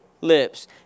Lips